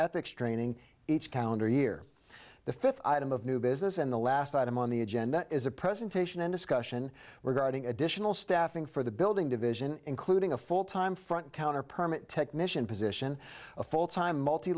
ethics training each calendar year the fifth item of new business and the last item on the agenda is a presentation and discussion regarding additional staffing for the building division including a full time front counter permit technician position a full time multi